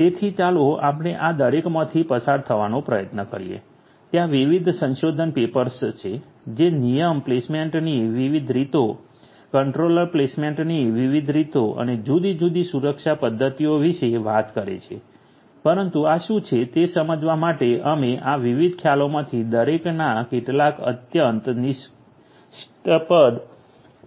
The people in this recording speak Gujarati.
તેથી ચાલો આપણે આ દરેકમાંથી પસાર થવાનો પ્રયત્ન કરીએ ત્યાં વિવિધ સંશોધન પેપર્સ છે જે નિયમ પ્લેસમેન્ટની વિવિધ રીતો કંટ્રોલર પ્લેસમેન્ટની વિવિધ રીતો અને જુદી જુદી સુરક્ષા પદ્ધતિઓ વિશે વાત કરે છે પરંતુ આ શું છે તે સમજવા માટે અમે આ વિવિધ ખ્યાલોમાંથી દરેકના કેટલાક અત્યંત નિષ્કપટ